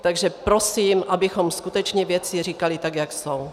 Takže prosím, abychom skutečně věci říkali tak, jak jsou.